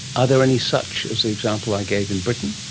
are there any such as the example i gave in britain?